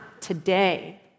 today